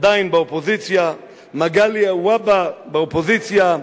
עדיין באופוזיציה, מגלי והבה, באופוזיציה,